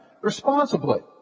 responsibly